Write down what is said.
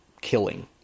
killing